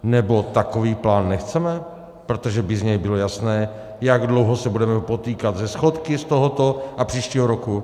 Nebo takový plán nechceme, protože by z něj bylo jasné, jak dlouho se budeme potýkat se schodky z tohoto a příštího roku?